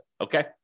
Okay